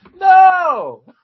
No